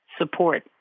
support